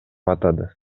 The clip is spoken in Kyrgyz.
атады